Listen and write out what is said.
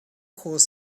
calls